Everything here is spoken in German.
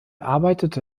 arbeitete